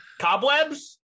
cobwebs